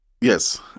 Yes